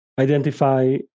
identify